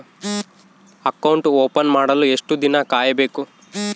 Account open ಮಾಡಲು ಎಷ್ಟು ದಿನ ಕಾಯಬೇಕು?